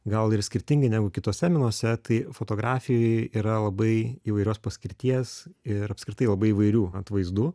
gal ir skirtingai negu kituose menuose tai fotografijoj yra labai įvairios paskirties ir apskritai labai įvairių atvaizdų